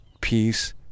peace